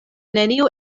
neniu